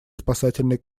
спасательный